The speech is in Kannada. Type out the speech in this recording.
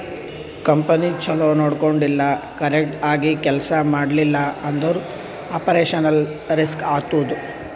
ಕಂಪನಿ ಛಲೋ ನೊಡ್ಕೊಂಡಿಲ್ಲ, ಕರೆಕ್ಟ್ ಆಗಿ ಕೆಲ್ಸಾ ಮಾಡ್ತಿಲ್ಲ ಅಂದುರ್ ಆಪರೇಷನಲ್ ರಿಸ್ಕ್ ಆತ್ತುದ್